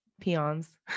peons